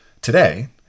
Today